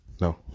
No